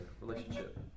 relationship